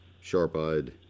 sharp-eyed